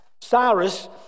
Cyrus